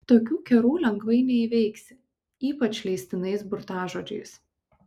tokių kerų lengvai neįveiksi ypač leistinais burtažodžiais